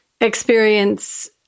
experience